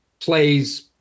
plays